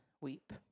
weep